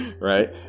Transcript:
Right